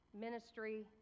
ministry